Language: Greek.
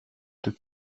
του